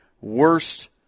worst